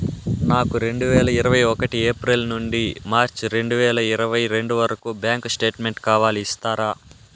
నాకు రెండు వేల ఇరవై ఒకటి ఏప్రిల్ నుండి మార్చ్ రెండు వేల ఇరవై రెండు వరకు బ్యాంకు స్టేట్మెంట్ కావాలి ఇస్తారా